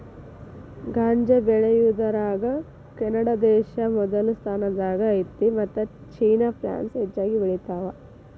ಗಾಂಜಾ ಬೆಳಿಯುದರಾಗ ಕೆನಡಾದೇಶಾ ಮೊದಲ ಸ್ಥಾನದಾಗ ಐತಿ ಮತ್ತ ಚೇನಾ ಪ್ರಾನ್ಸ್ ಹೆಚಗಿ ಬೆಳಿತಾವ